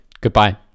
Goodbye